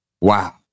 wow